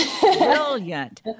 Brilliant